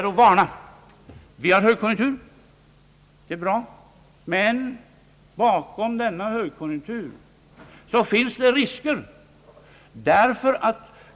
Vi upplever, sade de, en högkonjunktur, vilket i och för sig är bra, men bakom denna högkonjunktur finns det vissa risker.